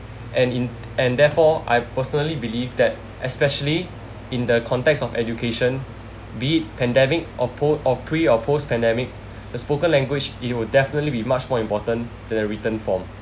and in and therefore I personally believe that especially in the context of education be it pandemic or po~ or pre or post pandemic the spoken language it will definitely be much more important than the written form